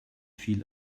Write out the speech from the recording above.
viel